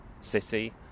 city